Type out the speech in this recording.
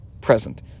present